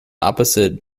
opposite